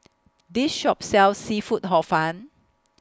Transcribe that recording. This Shop sells Seafood Hor Fun